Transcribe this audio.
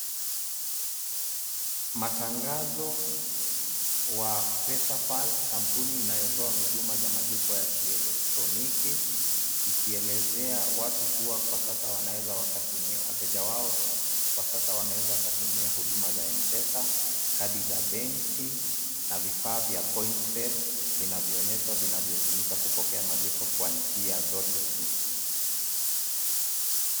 Matangazo wa PesaPal kampuni inayotoa huduma za malipo ya kielektroniki ikielezea watu kuwa kwa sasa wanaweza wakatumia wateja wao, kwa sasa wanaweza wakatumia huduma za M-Pesa, kadi za benki na vifaa vya point sell vinavyoonyeshwa vinavyotumika kupokea malipo kwa njia zote hizi.